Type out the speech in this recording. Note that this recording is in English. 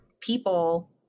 people